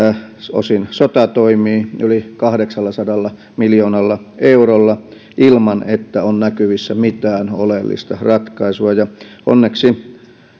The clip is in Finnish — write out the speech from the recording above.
osin afganistanin sotatoimiin yli kahdeksallasadalla miljoonalla eurolla ilman että on näkyvissä mitään oleellista ratkaisua onneksi